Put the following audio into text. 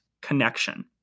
Connection